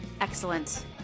Excellent